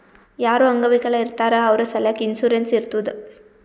ಯಾರು ಅಂಗವಿಕಲ ಇರ್ತಾರ್ ಅವ್ರ ಸಲ್ಯಾಕ್ ಇನ್ಸೂರೆನ್ಸ್ ಇರ್ತುದ್